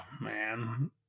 Man